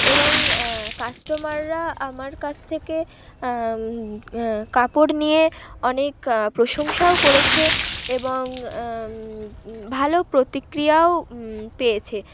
এবং কাস্টমাররা আমার কাছ থেকে কাপড় নিয়ে অনেক প্রশংসাও করেছে এবং ভালো প্রতিক্রিয়াও পেয়েছে